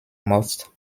most